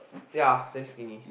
ya damn skinny